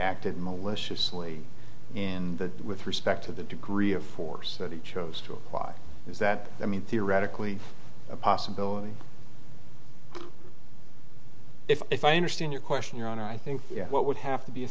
acted maliciously in that with respect to the degree of force that he chose to apply is that i mean theoretically a possibility if i understand your question your honor i think what would have to be